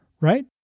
right